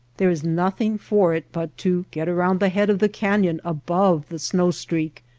there is nothing for it but to get around the head of the canyon above the snow-streak,